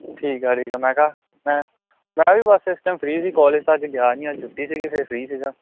ਠੀਕ ਆ ਠੀਕ ਆ ਮੈਂ ਕਿਹਾ ਮੈਂ ਮੈਂ ਵੀ ਬੱਸ ਇਸ ਟਾਈਮ ਫ੍ਰੀ ਸੀ ਕੋਲੇਜ ਤਾਂ ਅੱਜ ਗਿਆ ਨਹੀਂ ਅੱਜ ਛੁੱਟੀ ਸੀਗੀ ਫੇਰ ਫ੍ਰੀ ਸੀਗਾ